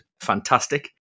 fantastic